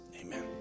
Amen